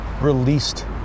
released